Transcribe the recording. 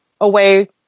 away